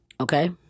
Okay